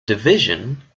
division